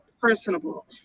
personable